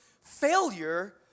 failure